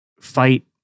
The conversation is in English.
fight